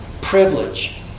privilege